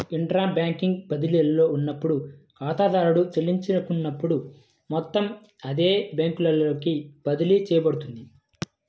intra bank బదిలీలో ఉన్నప్పుడు, ఖాతాదారుడు చెల్లించదలుచుకున్న మొత్తం అదే బ్యాంకులోకి బదిలీ చేయబడుతుంది